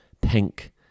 pink